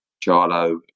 Charlo